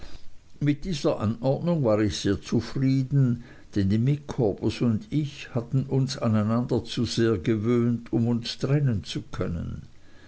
mit dieser anordnung war ich sehr zufrieden denn die micawbers und ich hatten uns aneinander zu sehr gewöhnt um uns trennen zu können